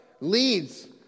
leads